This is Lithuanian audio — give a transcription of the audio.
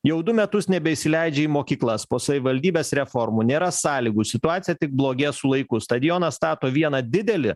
jau du metus nebeįsileidžia į mokyklas po savivaldybės reformų nėra sąlygų situacija tik blogėja su laiku stadioną stato vieną didelį